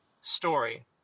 story